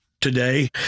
today